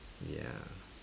ya